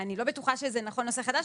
אני לא בטוחה שזה נכון נושא חדש,